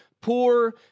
poor